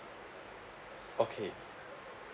okay